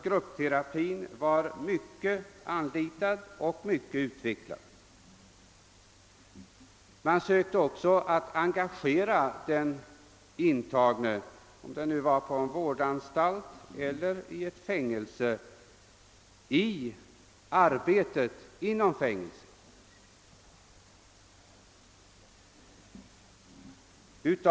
Gruppterapi var alltså mycket anlitad och mycket utvecklad. Man sökte också engagera den intagne, om han nu var intagen på en vårdanstalt eller i ett fängelse, i arbetet inom anstalten eller fängelset.